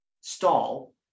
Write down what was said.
stall